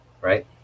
right